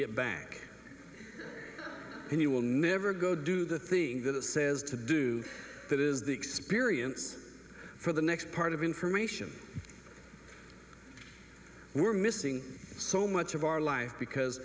get back and you will never go do the thing that it says to do that is the experience for the next part of information we're missing so much of our life because